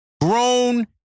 Grown